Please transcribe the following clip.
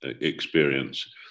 experience